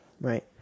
right